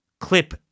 clip